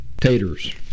Taters